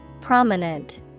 prominent